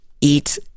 eat